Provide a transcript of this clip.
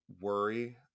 worry